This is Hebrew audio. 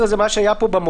סעיף (13) זה מה שהיה פה במוקד,